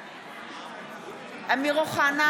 בעד אמיר אוחנה,